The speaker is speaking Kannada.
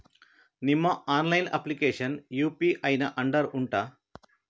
ನಿಮ್ಮ ಆನ್ಲೈನ್ ಅಪ್ಲಿಕೇಶನ್ ಯು.ಪಿ.ಐ ನ ಅಂಡರ್ ಉಂಟಾ